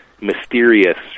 mysterious